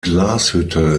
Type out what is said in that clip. glashütte